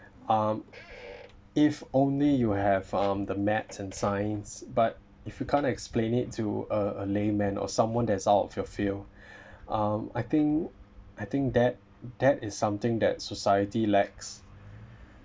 um if only you have um the maths and science but if you can't explain it to a a layman or someone that is out of your field um I think I think that that is something that society lacks